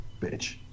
bitch